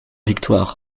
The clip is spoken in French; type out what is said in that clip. victoires